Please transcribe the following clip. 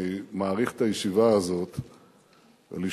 אני מעריך את הישיבה הזאת ולשמוע